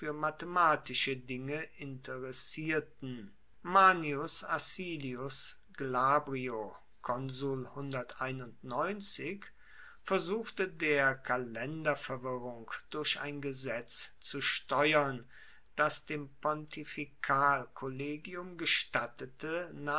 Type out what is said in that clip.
mathematische dinge interessierten manius acilius glabrio versuchte der kalenderverwirrung durch ein gesetz zu steuern das dem pontifikalkollegium gestattete